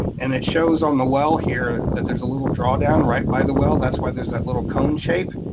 and it shows on the well here that there's a little drawdown right by the well. that's why there's that little cone shape,